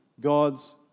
God's